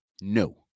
No